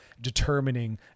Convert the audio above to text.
determining